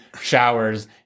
showers